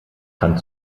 kann